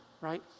right